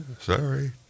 sorry